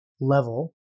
level